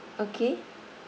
okay